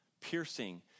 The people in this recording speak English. piercing